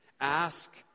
Ask